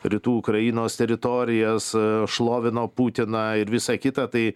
rytų ukrainos teritorijas šlovino putiną ir visa kita tai